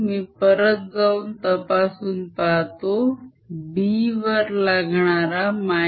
मी परत जाऊन तपासून पाहतो B वर लागणारा -m